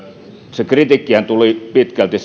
se kritiikkihän tuli pitkälti